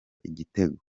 igitego